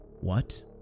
What